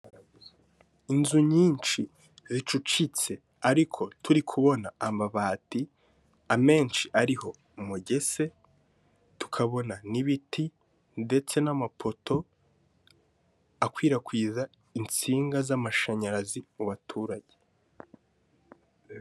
Inzu nyinshi zicucitse ariko turi kubona amabati, amenshi ariho umugese, tukabona n'ibiti ndetse n'amapoto akwirakwiza insinga z'amashanyarazi mu baturage.